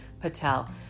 Patel